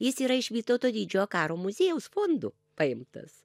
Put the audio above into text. jis yra iš vytauto didžiojo karo muziejaus fondų paimtas